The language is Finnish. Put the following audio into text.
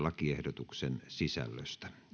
lakiehdotuksen sisällöstä